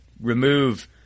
remove